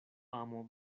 amo